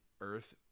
earth